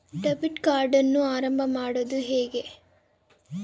Debit ಕಾರ್ಡನ್ನು ಆರಂಭ ಮಾಡೋದು ಹೇಗೆ?